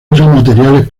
materiales